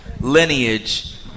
lineage